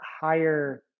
higher